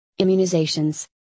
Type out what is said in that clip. immunizations